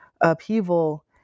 upheaval